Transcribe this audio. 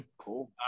cool